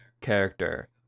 character